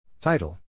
Title